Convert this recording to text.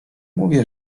mówię